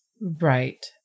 Right